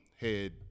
head